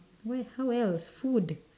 where how else food